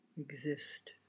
exist